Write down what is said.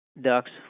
Ducks